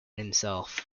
himself